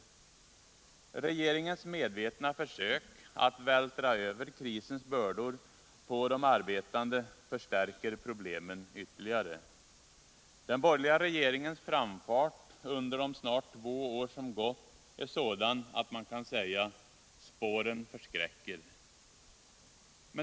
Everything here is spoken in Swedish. Regeringens medvetna försök att vältra över krisens bördor på de arbetande förstärker problemen ytterligare. Den borgerliga regeringens framfart under de snart två år som gått är sådan att man kan säga: Spåren förskräcker!